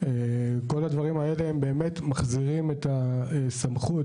וכל הדברים האלה שמחזירים את הסמכות